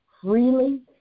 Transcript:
freely